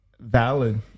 valid